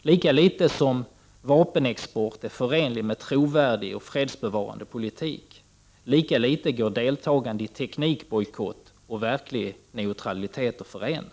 Lika litet som vapenexport är förenlig med trovärdig och fredsbevarande politik, lika litet går deltagande i teknikbojkott och verklig neutralitet att förena.